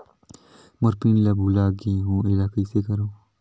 मोर PIN ला भुला गे हो एला कइसे करो?